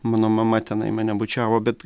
mano mama tenai mane bučiavo bet